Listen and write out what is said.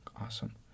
awesome